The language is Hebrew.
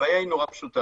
הבעיה היא נורא פשוטה: